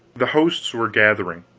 the hosts were gathering,